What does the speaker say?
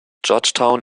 georgetown